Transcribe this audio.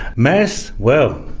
maths, well,